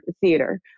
theater